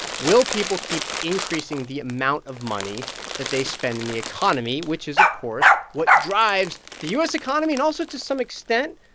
will people keep increasing the amount of money that they spend in the economy, which is, of course, what drives the u s. economy and also, to some extent,